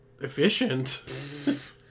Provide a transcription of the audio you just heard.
efficient